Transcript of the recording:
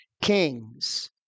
kings